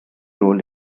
role